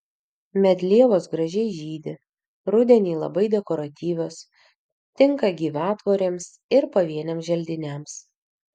medlievos gražiai žydi rudenį labai dekoratyvios tinka gyvatvorėms ir pavieniams želdiniams